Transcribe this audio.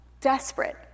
desperate